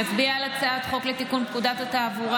נצביע על הצעת חוק לתיקון פקודת התעבורה